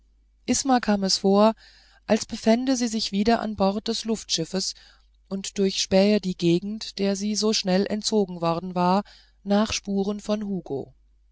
isma kam es vor als befände sie sich wieder an bord des luftschiffes und durchspähte die gegend der sie so schnell entzogen worden war nach spuren von hugo